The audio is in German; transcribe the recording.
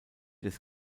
des